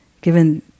Given